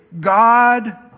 God